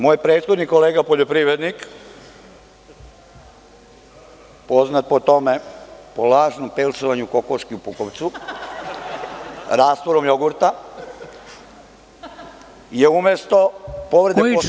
Moj prethodni kolega poljoprivrednik, poznat po lažnom pelcovanju kokošaka u Pupovcu rastvorom jogurta je umesto povrede Poslovnika